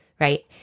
right